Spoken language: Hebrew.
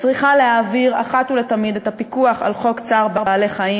צריכה להעביר אחת ולתמיד את הפיקוח על חוק צער בעלי-חיים,